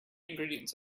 ingredients